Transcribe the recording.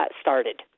started